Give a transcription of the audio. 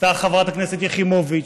ניסתה חברת הכנסת יחימוביץ,